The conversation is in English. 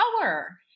power